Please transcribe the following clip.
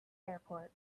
airport